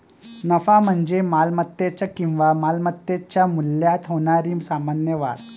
नफा म्हणजे मालमत्तेच्या किंवा मालमत्तेच्या मूल्यात होणारी सामान्य वाढ